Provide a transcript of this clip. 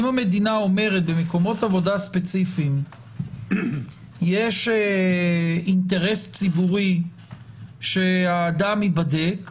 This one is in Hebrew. המדינה אומרת שבמקומות עבודה ספציפיים יש אינטרס ציבורי שהאדם ייבדק,